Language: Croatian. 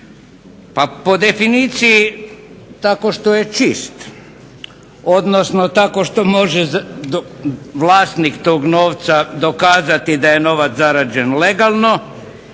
Pa po definiciji tako što je čist, odnosno tako što može vlasnik tog novca dokazati da je novac zarađen legalno